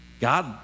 God